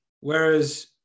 whereas